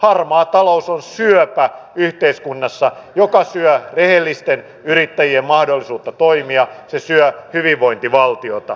harmaa talous on yhteiskunnassa syöpä joka syö rehellisten yrittäjien mahdollisuutta toimia se syö hyvinvointivaltiota